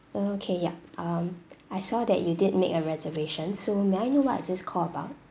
okay yup um I saw that you did make a reservation so may I know what is this call about